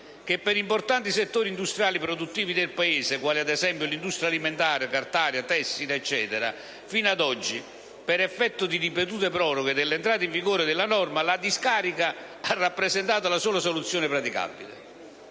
che per importanti settori industriali produttivi del Paese, quali, ad esempio, l'industria alimentare, cartaria, tessile, fino ad oggi, per effetto di ripetute proroghe dell'entrata in vigore della norma, la discarica ha rappresentato la sola soluzione praticabile.